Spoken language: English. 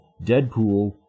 Deadpool